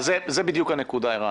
זו בדיוק הנקודה, ערן.